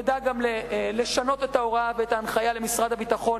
תדע גם לשנות את ההוראה ואת ההנחיה למשרד הביטחון,